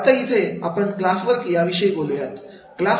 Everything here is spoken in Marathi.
आता इथे आपण क्लास वर्क या विषयी बोलूयात